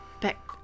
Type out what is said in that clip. back